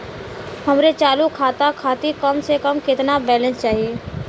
हमरे चालू खाता खातिर कम से कम केतना बैलैंस चाही?